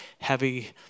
heavy